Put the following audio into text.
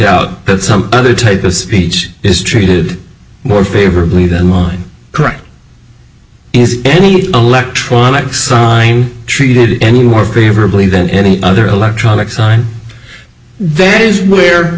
out that some other type of speech is treated more favorably than mine correct anything electronic sign treated any more favorably than any other electronic sign there is where